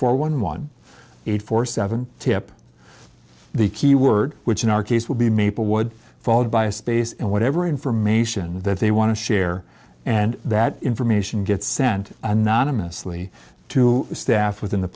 for one one eight four seven tip the keyword which in our case will be maplewood followed by a space and whatever information that they want to share and that information gets sent anonymously to staff within the